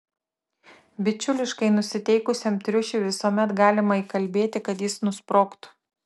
bičiuliškai nusiteikusiam triušiui visuomet galima įkalbėti kad jis nusprogtų